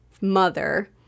mother